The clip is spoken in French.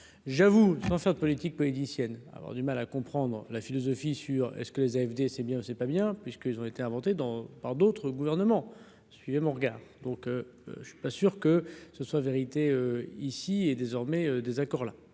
j'avoue, sans faire de politique politicienne, avoir du mal à comprendre la philosophie sur est-ce que les AFD c'est bien, c'est pas bien, puisqu'ils ont été inventés dans par d'autres gouvernements, suivez mon regard, donc je suis pas sûr que ce soit vérité ici est désormais désaccord là,